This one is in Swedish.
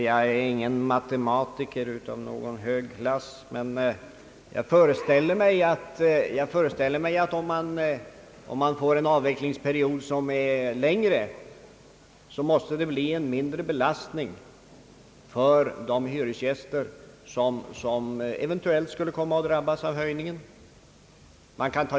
Jag är ingen matematiker, men jag föreställer mig att en längre avvecklingsperiod måste innebära en mindre belastning för de hyresgäster som eventuellt skulle komma att drabbas av höjningen.